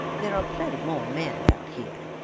there are plenty more men about here,